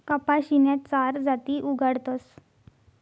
कपाशीन्या चार जाती उगाडतस